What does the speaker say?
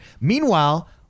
Meanwhile